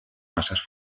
masas